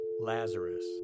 Lazarus